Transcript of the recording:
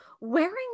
Wearing